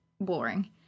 boring